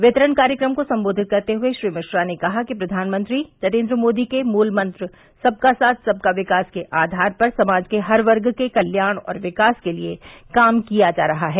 वितरण कार्यक्रम को संबोधित करते हए श्री मिश्रा ने कहा कि प्रधानमंत्री नरेन्द्र मोदी के मूल मंत्र सबका साथ सबका विकास के आधार पर समाज के हर वर्ग के कल्याण और विकास के लिये काम किया जा रहा है